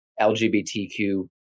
LGBTQ